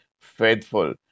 faithful